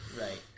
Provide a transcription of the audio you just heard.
Right